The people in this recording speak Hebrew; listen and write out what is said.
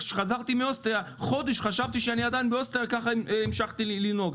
כשחזרתי מאוסטריה חודש חשבתי שאני עדיין באוסטריה ככה המשכתי לנהוג.